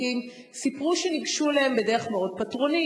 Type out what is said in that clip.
כי הם סיפרו שניגשו אליהם בדרך מאוד פטרונית,